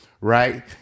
right